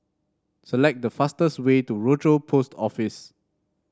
select the fastest way to Rochor Post Office